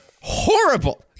horrible